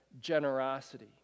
generosity